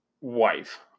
wife